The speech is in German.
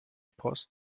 post